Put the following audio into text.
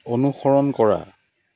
অনুসৰণ কৰা